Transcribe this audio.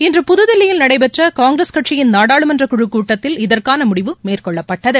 இன்று புதுதில்லியில் நடைபெற்ற காங்கிரஸ் கட்சியின் நாடாளுமன்ற குழுக் கூட்டத்தில் இதற்கான முடிவு மேற்கொள்ளப்பட்டது